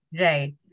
Right